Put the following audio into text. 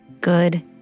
good